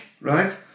right